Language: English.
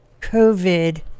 COVID